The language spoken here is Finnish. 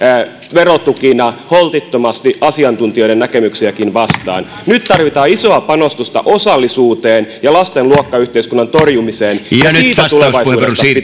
verotukina holtittomasti asiantuntijoiden näkemyksiäkin vastaan nyt tarvitaan isoa panostusta osallisuuteen ja lasten luokkayhteiskunnan torjumiseen ja siitä tulevaisuudesta